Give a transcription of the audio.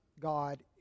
God